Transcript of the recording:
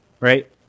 Right